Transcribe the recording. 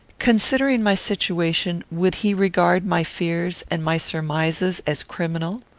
considering my situation, would he regard my fears and my surmises as criminal?